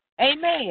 Amen